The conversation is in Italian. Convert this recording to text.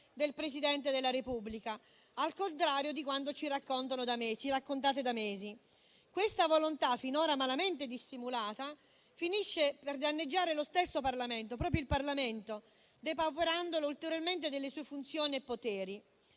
del Presidente della Repubblica, al contrario di quanto ci raccontano da mesi. Questa volontà, finora malamente dissimulata, finisce per danneggiare proprio il Parlamento, depauperandolo ulteriormente delle sue funzioni e poteri.